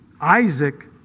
Isaac